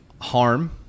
harm